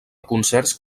concerts